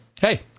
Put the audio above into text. Hey